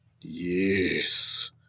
Yes